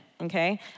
okay